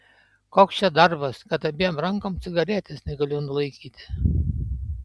koks čia darbas kad abiem rankom cigaretės negaliu nulaikyti